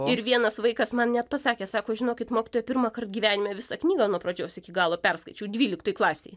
ir vienas vaikas man net pasakė sako žinokit mokytoja pirmąkart gyvenime visą knygą nuo pradžios